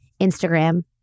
Instagram